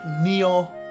Neo